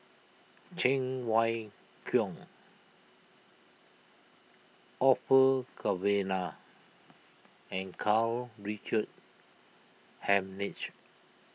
Cheng Wai Keung Orfeur Cavenagh and Karl Richard Hanitsch